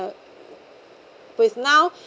with now